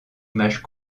images